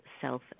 self